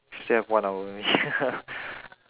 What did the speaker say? still have one hour only